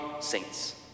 saints